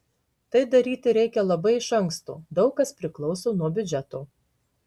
tai daryti reikia labai iš anksto daug kas priklauso nuo biudžeto